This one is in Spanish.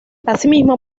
asimismo